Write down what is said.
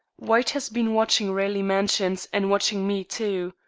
white has been watching raleigh mansions, and watching me too.